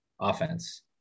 offense